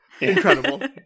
incredible